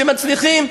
שמצליחים,